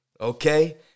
okay